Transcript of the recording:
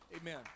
Amen